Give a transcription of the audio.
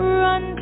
run